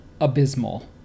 abysmal